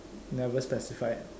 never specified